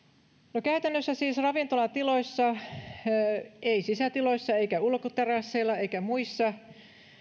käytännössä siis ravintolatiloissa ei ei sisätiloissa eikä ulkoterasseilla eikä muissa